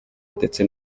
ndetse